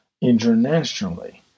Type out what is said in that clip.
internationally